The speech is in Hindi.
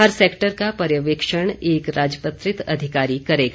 हर सैक्टर का पर्यवेक्षण एक राजपत्रित अधिकारी करेगा